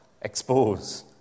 expose